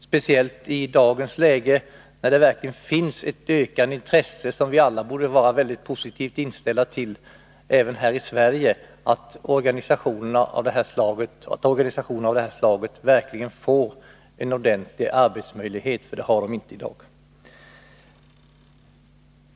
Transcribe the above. Speciellt i dagens läge, när det finns ett ökande intresse, som vi alla borde vara mycket positivt inställda till — även här i Sverige — är det viktigt att organisationer av detta slag får en ordentlig arbetsmöjlighet. Det har de inte i dag.